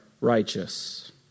righteous